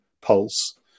pulse